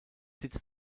sitz